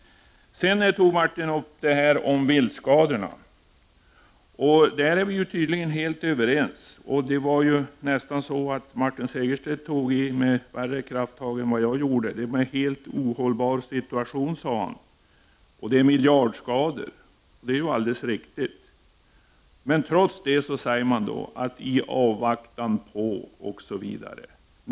Martin Segerstedt tog också upp frågorna om viltskadorna. Där är vi tydligen helt överens. Martin Segerstedt tog t.o.m. i kraftigare än vad jag gjorde. ”Det är en helt ohållbar situation, och det uppstår miljardskador”, sade han. Det är ju alldeles riktigt. Men trots detta skriver man ”i avvaktan på” osv.